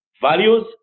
values